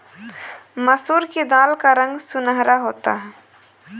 मसूर की दाल का रंग सुनहरा होता है